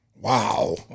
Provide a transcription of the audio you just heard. Wow